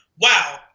wow